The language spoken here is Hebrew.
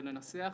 ולנסח,